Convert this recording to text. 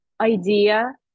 idea